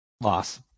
loss